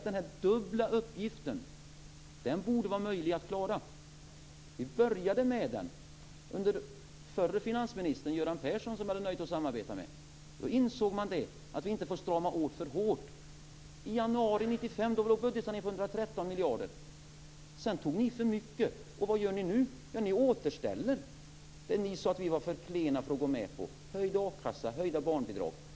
Den dubbla uppgiften borde vara möjlig att klara. Vi började med den under den förre finansministern Göran Persson, som jag hade nöjet att samarbeta med. Då insåg man att vi inte får strama åt för hårt. I januari 1995 låg budgetsaneringen på 113 miljarder. Sedan tog ni för mycket. Och vad gör ni nu? Jo, ni återställer det som ni sade att vi var för klena för att gå med på - höjd a-kassa och höjda barnbidrag.